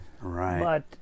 right